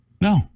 No